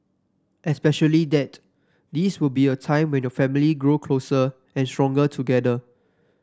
especially that this will be a time when your family grow closer and stronger together